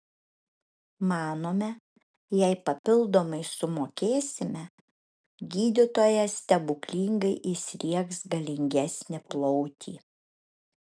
manome jei papildomai sumokėsime gydytojas stebuklingai įsriegs galingesnį plautį